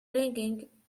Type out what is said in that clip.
flinging